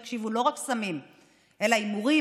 תקשיבו: לא רק סמים אלא הימורים,